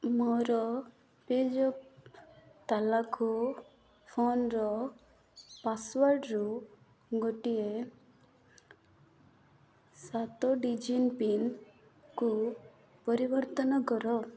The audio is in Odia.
ମୋର ପେଜାପ୍ ତାଲାକୁ ଫୋନ୍ର ପାସୱାର୍ଡ଼୍ରୁ ଗୋଟିଏ ସାତ ଡିଜିଟ୍ ପିନ୍କୁ ପରିବର୍ତ୍ତନ କର